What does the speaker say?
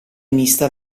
mista